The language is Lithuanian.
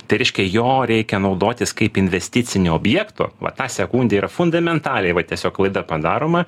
tai reiškia jo reikia naudotis kaip investiciniu objektu va tą sekundę yra fundamentaliai va tiesiog klaida padaroma